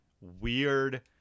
weird